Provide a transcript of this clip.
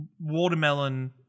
watermelon